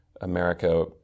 america